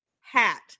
hat